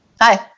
Hi